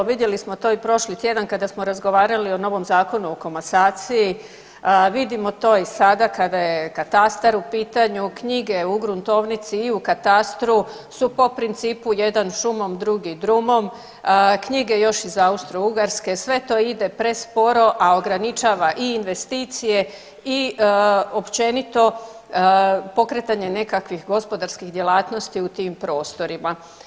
Vidjeli smo to i prošli tjedan kada smo razgovarali o novom Zakonu o komasaciji, vidimo to i sada kada je katastar u pitanju, knjige u gruntovnici i u katastru su po principu jedan šumom drugi drumom, knjige još iz Austro-Ugarske, sve to ide presporo, a ograničava i investicije i općenito pokretanje nekakvih gospodarskih djelatnosti u tim prostorima.